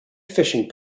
fishing